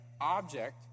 object